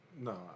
no